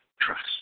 trust